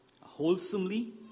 wholesomely